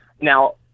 Now